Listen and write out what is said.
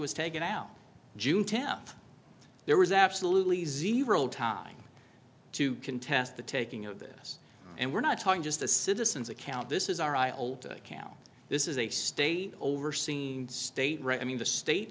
was taken out june tenth there was absolutely zero time to contest the taking of this and we're not talking just a citizen's account this is our i old cow this is a state overseeing state right i mean the state